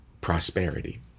prosperity